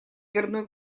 дверной